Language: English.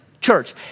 church